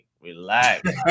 relax